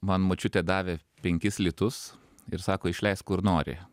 man močiutė davė penkis litus ir sako išleisk kur nori